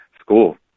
school